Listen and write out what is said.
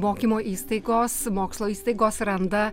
mokymo įstaigos mokslo įstaigos randa